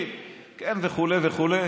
הוא וילדיו.